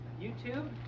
YouTube